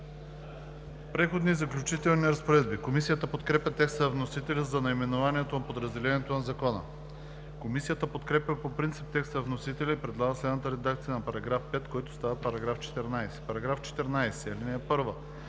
„Преходни и заключителни разпоредби“. Комисията подкрепя текста на вносителя за наименованието на подразделението на Закона. Комисията подкрепя по принцип текста на вносителя и предлага следната редакция на § 5, който става § 14: „§ 14. (1) В